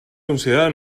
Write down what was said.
considerarà